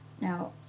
Now